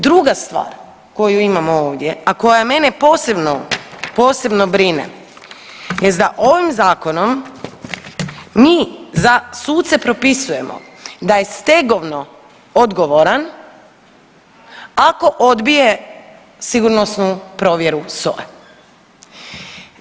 Druga stvar koju imamo u ovom, a koja mene posebno, posebno jest da ovim zakonom mi za suce propisujemo da je stegovno odgovoran ako odbije sigurnosnu provjeru SOA-e.